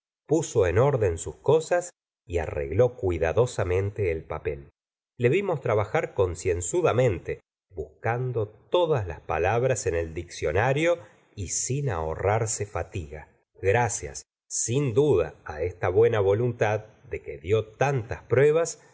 en orden sus cosas y arregló cuidadosamente el papel le vimos trabajar concienzudamente buscando todas las palabras en el diccionario y sin ahorrarse fatiga gracias sin duda esta buena voluntad de que di tantas pruebas